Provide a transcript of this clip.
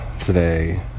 today